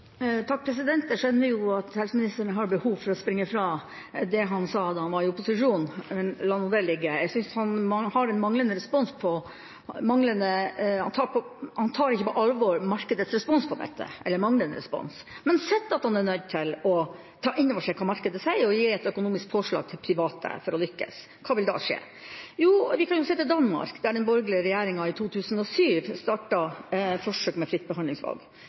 Jeg skjønner at helseministeren har behov for å springe fra det han sa da han var i opposisjon, men la det ligge. Jeg synes ikke han tar markedets respons – eller manglende respons – på dette på alvor. Men sett at han er nødt til å ta inn over seg hva markedet sier og gi et økonomisk påslag til private for å lykkes – hva vil da skje? Vi kan se til Danmark, hvor den borgerlige regjeringa i 2007 startet forsøk med fritt behandlingsvalg.